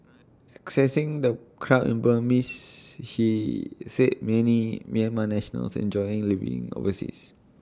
accessing the crowd in Burmese she said many Myanmar nationals enjoy living overseas